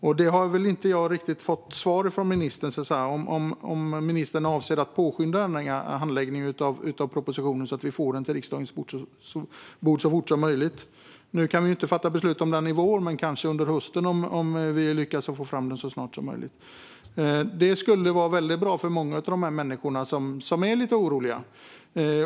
Jag har inte riktigt fått svar från ministern om ministern avser att påskynda handläggningen av propositionen så att vi får den till riksdagens bord så fort som möjligt. Nu kan vi inte fatta beslut om den i vår. Men det kan kanske ske under hösten om vi lyckas att få fram den så snart som möjligt. Det skulle vara väldigt bra för många av de människor som är lite oroliga.